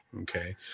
Okay